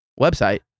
website